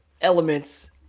elements